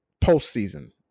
postseason